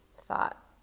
thought